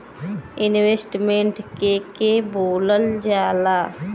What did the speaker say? Investment के के बोलल जा ला?